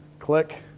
click.